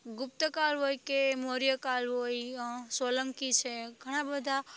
ગુપ્તકાળ હોય કે મૌર્યકાળ હોય સોલંકી છે ઘણા બધા